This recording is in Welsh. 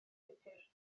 pupur